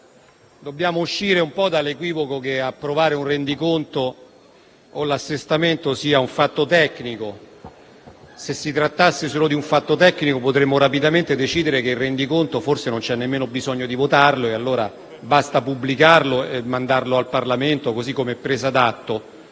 necessario uscire dall'equivoco che approvare un rendiconto o un assestamento sia un fatto tecnico. Se si trattasse solo di un fatto tecnico, potremmo rapidamente decidere che forse non c'è nemmeno bisogno di votare il rendiconto, basta pubblicarlo e mandarlo al Parlamento come presa d'atto.